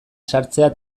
sartzea